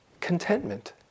contentment